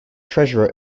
treasurer